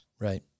Right